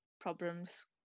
problems